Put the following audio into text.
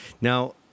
Now